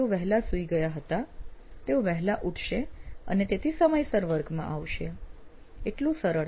તેઓ વહેલા સૂઈ ગયા હતા તેઓ વહેલા ઉઠશે અને તેથી સમયસર વર્ગમાં આવશે એટલું સરળ